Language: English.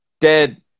dead